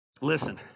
Listen